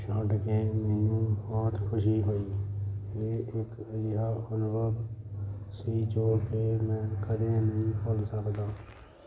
ਛੱਡ ਕੇ ਮੈਨੂੰ ਬਹੁਤ ਖੁਸ਼ੀ ਹੋਈ ਇਹ ਇੱਕ ਅਜਿਹਾ ਅਨੁਭਵ ਸੀ ਜੋ ਇਹ ਮੈਂ ਕਦੇ ਨਹੀਂ ਭੁੱਲ ਸਕਦਾ